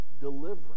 deliverance